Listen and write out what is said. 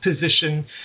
position